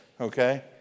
Okay